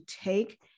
take